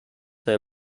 their